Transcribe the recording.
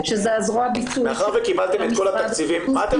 שזה הזרוע הביצועית של --- מאחר שקיבלתם את כל התקציבים מה אתם